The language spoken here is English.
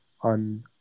on